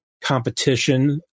competition